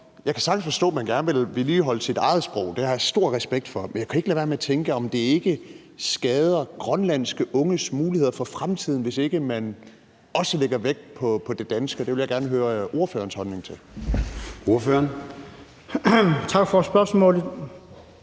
Jeg kan sagtens forstå, at man gerne vil vedligeholde sit eget sprog; det har jeg stor respekt for, men jeg kan ikke lade være med at tænke, om det ikke skader grønlandske unges muligheder for fremtiden, hvis ikke man også lægger vægt på det danske, og det vil jeg gerne høre ordførerens holdning til. Kl. 22:07 Formanden